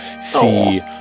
see